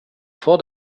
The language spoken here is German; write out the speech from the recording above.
vor